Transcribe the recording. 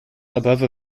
above